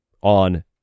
on